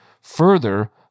Further